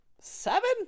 Seven